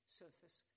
surface